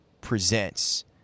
Presents